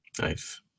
Nice